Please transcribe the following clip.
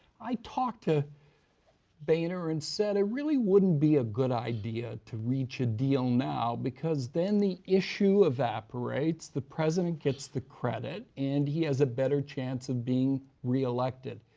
i talked to boehner and said it really wouldn't be a good idea to reach a deal now because then the issue evaporates, the president gets the credit, and he has a better chance of being reelected.